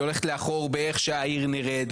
היא הולכת לאחור באיך שהעיר נראית,